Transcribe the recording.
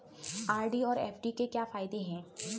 RD और FD के क्या फायदे हैं?